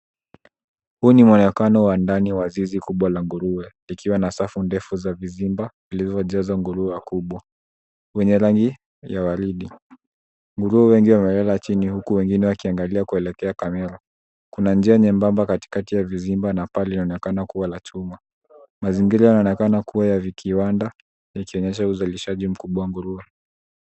Huu ni muonekano wa ndani wa zizi kubwa la nguruwe likiwa na safu ndefu za vizimba zilizojazwa nguruwe wakubwa wenye rangi ya waridi. Nguruwe wengi wamelala chini huku wengine wakiangalia kuelekea kamera. Kuna njia nene katikati ya vizimba na paa linaonekana kuwa la chuma. Mazingira yanaonekana kuwa ya kiwanda ikionyesha uzalishaji mkubwa wa nguruwe.